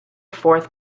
fourth